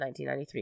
1993